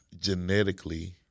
genetically